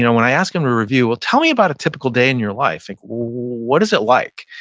you know when i ask them to review, well tell me about a typical day in your life. what is it like?